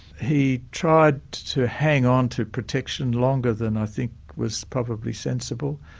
he tried to hang on to protection longer than i think was probably sensible.